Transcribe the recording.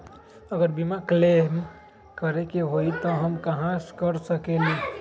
अगर बीमा क्लेम करे के होई त हम कहा कर सकेली?